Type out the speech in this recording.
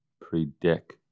predict